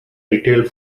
detailed